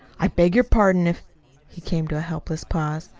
i beg your pardon if he came to a helpless pause.